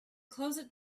closet